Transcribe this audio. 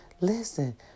Listen